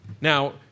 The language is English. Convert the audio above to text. Now